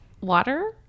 water